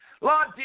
Lord